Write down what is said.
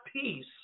peace